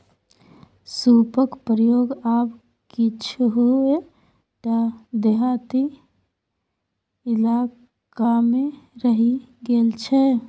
सूपक प्रयोग आब किछुए टा देहाती इलाकामे रहि गेल छै